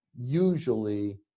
usually